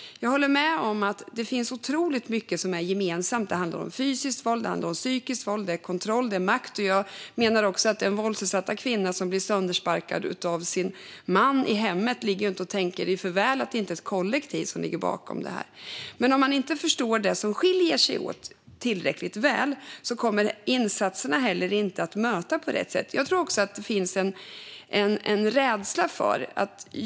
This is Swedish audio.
Jag håller med om det. Det finns otroligt mycket som är gemensamt. Det handlar om fysiskt våld, psykiskt våld, kontroll och makt. Jag menar att den våldsutsatta kvinna som blir söndersparkad av sin man i hemmet inte ligger och tänker att det är för väl att det inte är ett kollektiv som ligger bakom det. Om man inte förstår det som skiljer sig åt tillräckligt väl kommer heller inte insatserna att möta på rätt sätt. Jag tror att det finns en rädsla.